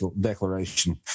declaration